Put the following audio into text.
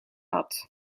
had